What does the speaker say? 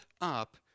up